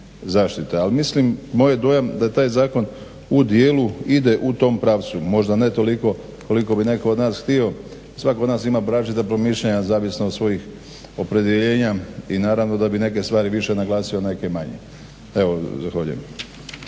Ali mislim moj je dojam da je taj zakon u dijelu ide u tom pravcu, možda ne toliko koliko bi netko od nas htio. Svatko od nas ima različita promišljanja zavisno od svojih opredjeljenja i naravno da bi neke stvari više naglasio, a neke manje. Evo zahvaljujem.